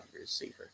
receiver